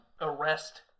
arrest